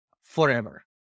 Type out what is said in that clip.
forever